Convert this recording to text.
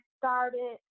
started